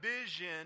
vision